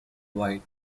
wide